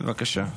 בבקשה.